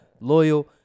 loyal